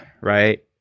right